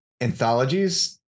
anthologies